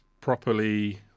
properly